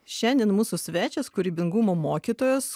šiandien mūsų svečias kūrybingumo mokytojas